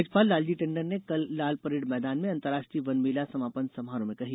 राज्यपाल लालजी टंडन ने कल लाल परेड मैदान में अंतर्राष्ट्रीय वन मेला समापन समारोह में कही